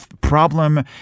Problem